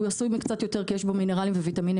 הוא עשוי מקצת יותר כי יש בו מינרלים וויטמינים,